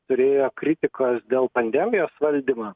turėjo kritikos dėl pandemijos valdymo